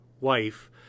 wife